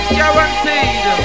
guaranteed